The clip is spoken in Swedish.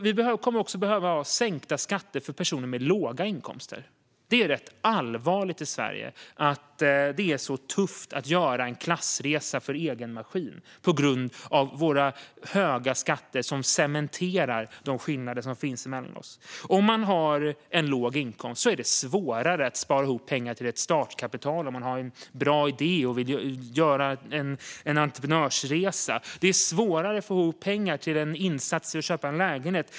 Vi kommer vidare att behöva ha sänkta skatter för personer med låga inkomster. Det är rätt allvarligt att det i Sverige är så tufft att göra en klassresa för egen maskin. Det beror på våra höga skatter, som cementerar de skillnader som finns mellan oss. Om man har en låg inkomst är det svårare att spara ihop pengar till ett startkapital, om man har en bra idé och vill göra en entreprenörsresa. Det är svårare att få ihop pengar till en insats för att köpa en lägenhet.